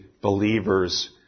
believers